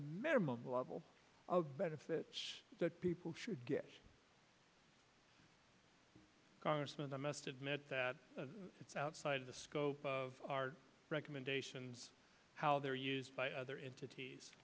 minimum level of benefits that people should get congressman i must admit that it's outside the scope of our recommendations how they are used by other entities